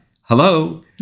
hello